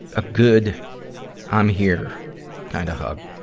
a good i'm here kind of hug.